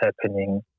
happening